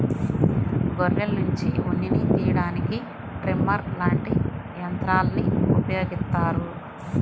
గొర్రెల్నుంచి ఉన్నిని తియ్యడానికి ట్రిమ్మర్ లాంటి యంత్రాల్ని ఉపయోగిత్తారు